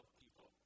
people